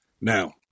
Now